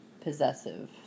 possessive